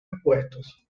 expuestos